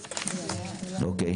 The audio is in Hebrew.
אוקיי.